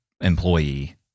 employee